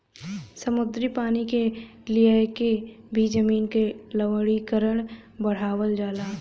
समुद्री पानी के लियाके भी जमीन क लवणीकरण बढ़ावल जाला